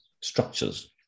structures